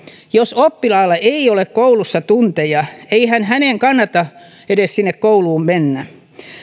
jos oppilaalla ei ole koulussa tunteja eihän hänen kannata edes sinne kouluun mennä